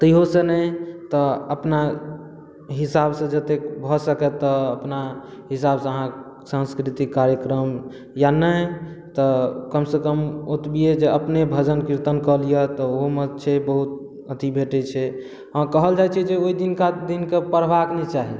तइयो सँ नहि तऽ अपना हिसाबसँ जतेक भऽ सकए तऽ अपना हिसाब सँ अहाँ सान्स्कृतिक कार्यक्रम या नहि तऽ कमसँ कम ओतबिये जे अपने भजन कीर्तन कऽ लिअ तऽ ओहो मे छै बहुत अथि भेटै छै हॅं कहल जाइ छै जे ओहि दिन कऽ पढ़बाक नहि चाही